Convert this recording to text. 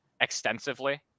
extensively